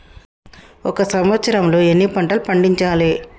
ఒక సంవత్సరంలో ఎన్ని పంటలు పండించాలే?